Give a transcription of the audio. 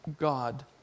God